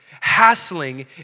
hassling